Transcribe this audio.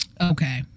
Okay